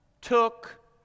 took